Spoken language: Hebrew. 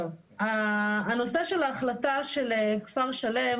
הנושא של ההחלטה של כפר שלם,